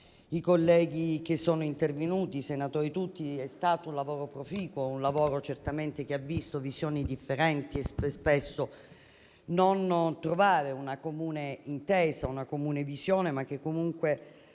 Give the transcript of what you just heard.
i colleghi che sono intervenuti e i senatori tutti. È stato un lavoro proficuo che certamente ha visto visioni differenti e spesso non trovare una comune intesa, una comune visione. Sarà comunque